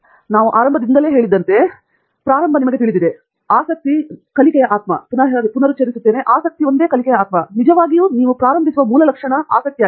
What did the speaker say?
ದೇಶಪಾಂಡೆ ಹೌದು ನಾವು ಆರಂಭದಿಂದಲೇ ಹೇಳಿದ್ದಂತೆ ಪ್ರಾರಂಭವಾಗುವುದು ನಿಮಗೆ ತಿಳಿದಿದೆ ಆಸಕ್ತಿ ಕಲಿಕೆಯ ಆತ್ಮ ನಿಜವಾಗಿಯೂ ನೀವು ಪ್ರಾರಂಭಿಸುವ ಮೂಲ ಲಕ್ಷಣಗಳು ಎಂದು ಅರ್ಥ